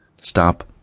Stop